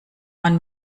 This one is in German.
man